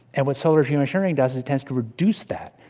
and what solar geoengineering does is it tends to reduce that.